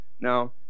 Now